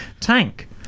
tank